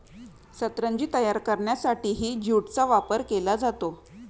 सतरंजी तयार करण्यासाठीही ज्यूटचा वापर केला जातो